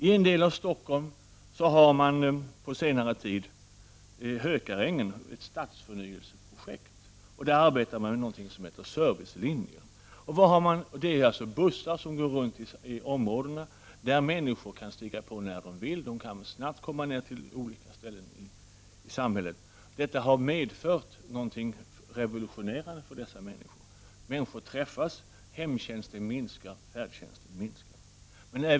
I ett område i Stockholm, Hökarängen, har man på senare tid genomfört ett stadsförnyelseprojekt. Man har infört någonting som heter servicelinjer. Det är fråga om bussar som åker runt i bostadsområdena. Människor kan stiga på när de vill, och de kan snabbt komma till olika ställen i samhället. Detta har inneburit något revolutionerande för dessa människor. Människor träffas och behovet av färdtjänst och hemtjänst minskar.